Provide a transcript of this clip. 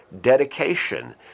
dedication